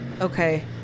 Okay